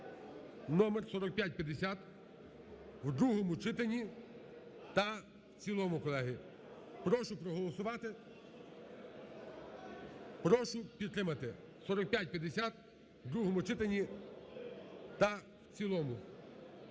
номер 4550 у другому читанні та в цілому, колеги. Прошу проголосувати, прошу підтримати 4550 у другому читанні та в цілому,